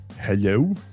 Hello